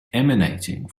emanating